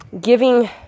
giving